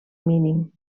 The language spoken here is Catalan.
mínim